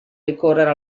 ricorrere